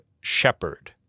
shepherd